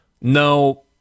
no